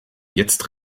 jetzt